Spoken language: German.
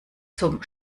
zum